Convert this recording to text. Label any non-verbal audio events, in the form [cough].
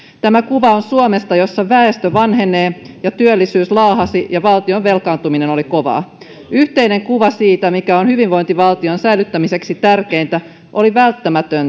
tämä kuva on suomesta jossa väestö vanhenee ja työllisyys laahasi ja valtion velkaantuminen oli kovaa yhteinen kuva siitä mikä on hyvinvointivaltion säilyttämiseksi tärkeintä oli välttämätön [unintelligible]